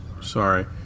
Sorry